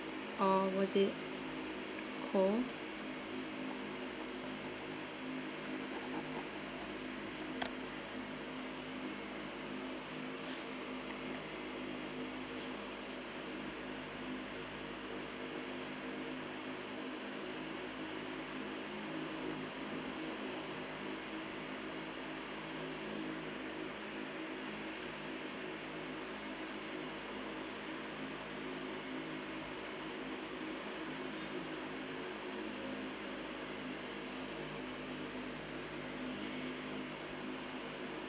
or was it cold